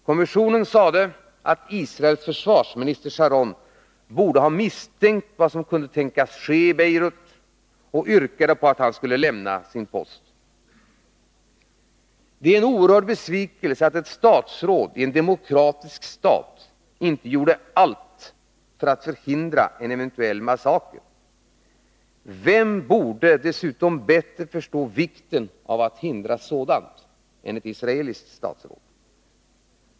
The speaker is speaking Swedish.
Kommissionen sade att Israels försvarsminister Sharon borde ha misstänkt vad som kunde tänkas ske i Beirut, och yrkade på att han skulle lämna sin post. Det är en oerhörd besvikelse att ett statsråd i en demokratisk stat inte gjorde allt för att förhindra en eventuell massaker. Vem borde dessutom bättre förstå vikten av att hindra sådant än ett israeliskt statsråd!